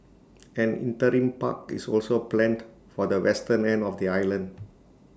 an interim park is also planned for the western end of the island